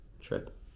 trip